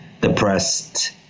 depressed